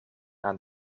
aan